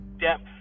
depth